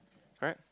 correct